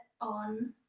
on